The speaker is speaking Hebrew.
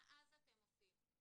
מה אז אתם עושים?